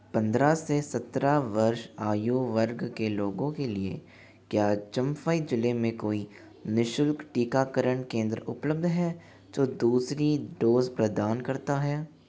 पंद्रह से सत्रह वर्ष आयु वर्ग के लोगों के लिए क्या चम्फाई ज़िले में कोई नि शुल्क टीकाकरण केंद्र उपलब्ध है जो दूसरी डोज़ प्रदान करता है